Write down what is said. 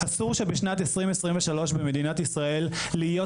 אסור שבשנת 2023 במדינת ישראל להיות